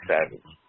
Savage